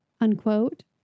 unquote